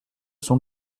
son